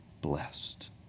blessed